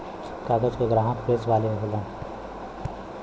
कागज के ग्राहक प्रेस वाले होलन